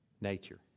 Nature